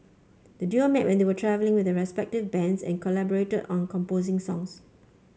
the duo met when they were travelling with their respective bands and collaborated on composing songs